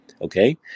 okay